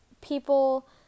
people